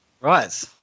Right